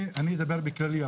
אני אדבר בכללי,